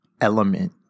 element